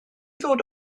ddod